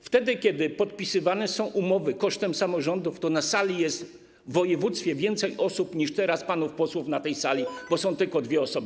Wtedy kiedy podpisywane są umowy kosztem samorządów, to na sali w województwie jest więcej osób niż teraz panów posłów na tej sali, bo są tylko dwie osoby.